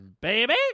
baby